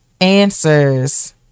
answers